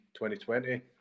2020